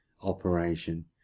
operation